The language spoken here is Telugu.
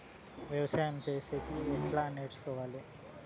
వ్యవసాయం చేసేది ఎట్లా నేర్చుకోవాలి?